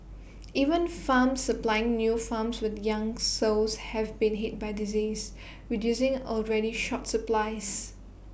even farms supplying new farms with young sows have been hit by disease reducing already short supplies